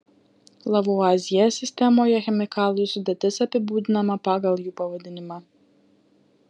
lavuazjė sistemoje chemikalų sudėtis apibūdinama pagal jų pavadinimą